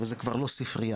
וזה כבר לא ספריה.